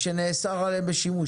שנאסר עליהן שימוש.